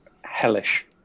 hellish